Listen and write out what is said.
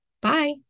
Bye